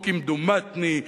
או "כמדומני".